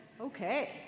Okay